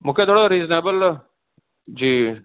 मूंखे थोरो रीज़नेबिल जी